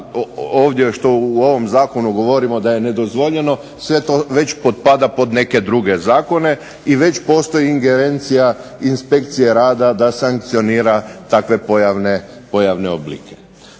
ovdje što u ovom zakonu govorimo da je nedozvoljeno, sve to već potpada pod neke druge zakone, i već postoji ingerencija inspekcije rada da sankcionira takve pojavne oblike.